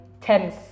tense